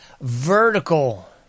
vertical